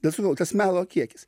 bet sakau tas melo kiekis